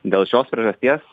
dėl šios priežasties